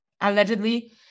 allegedly